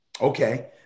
Okay